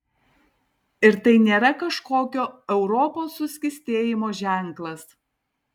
ir tai nėra kažkokio europos suskystėjimo ženklas